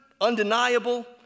undeniable